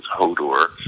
Hodor